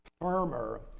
firmer